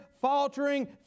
faltering